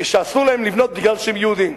שאסור להם לבנות מפני שהם יהודים?